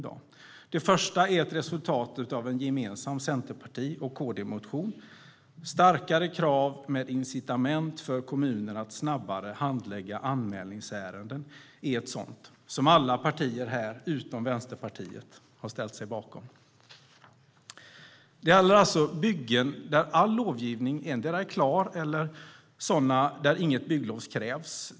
Det första är resultatet av en gemensam C och KD-motion. Starkare krav med incitament för kommuner att snabbare handlägga anmälningsärenden är ett sådant, som alla partier här utom Vänsterpartiet har ställt sig bakom. Det gäller alltså byggen där all lovgivning är klar eller sådana där inget bygglov krävs.